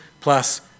plus